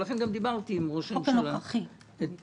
ולכן גם דיברתי עם ראש הממשלה אתמול.